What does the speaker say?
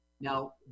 Now